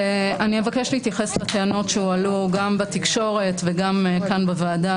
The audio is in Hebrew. אני אבקש להתייחס לטענות שהועלו גם בתקשורת וגם כאן בוועדה,